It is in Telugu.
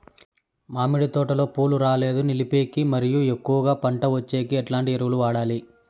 మామిడి తోటలో పూలు రాలేదు నిలిపేకి మరియు ఎక్కువగా పంట వచ్చేకి ఎట్లాంటి ఎరువులు వాడాలి?